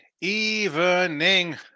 evening